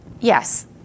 yes